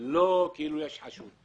על כתבי אישום.